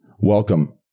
Welcome